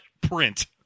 print